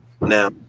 now